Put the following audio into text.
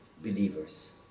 believers